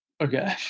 Okay